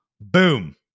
boom